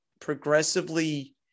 progressively